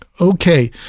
Okay